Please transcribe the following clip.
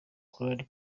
grand